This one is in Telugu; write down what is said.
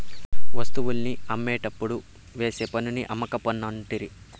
వస్తువుల్ని అమ్మేటప్పుడు వేసే పన్నుని అమ్మకం పన్ను అంటిరి